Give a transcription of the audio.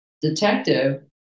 detective